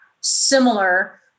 similar